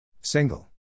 Single